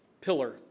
pillar